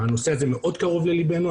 הנושא הזה מאוד קרוב לליבנו,